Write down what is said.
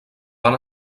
van